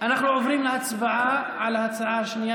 אנחנו עוברים להצבעה על ההצעה השנייה,